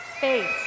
face